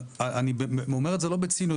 אני אומר את זה לא בציניות,